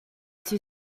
two